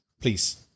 please